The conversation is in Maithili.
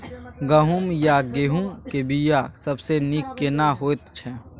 गहूम या गेहूं के बिया सबसे नीक केना होयत छै?